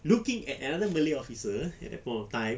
looking at another malay officer at that point of time